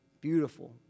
beautiful